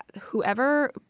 whoever